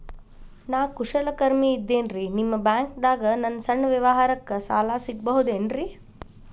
ನಾ ಕುಶಲಕರ್ಮಿ ಇದ್ದೇನ್ರಿ ನಿಮ್ಮ ಬ್ಯಾಂಕ್ ದಾಗ ನನ್ನ ಸಣ್ಣ ವ್ಯವಹಾರಕ್ಕ ಸಾಲ ಸಿಗಬಹುದೇನ್ರಿ?